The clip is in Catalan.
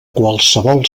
qualsevol